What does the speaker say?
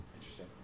interesting